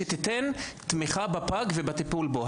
שייתנו תמיכה בפג ובטיפול בו.